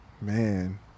Man